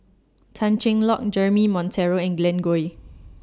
Tan Cheng Lock Jeremy Monteiro and Glen Goei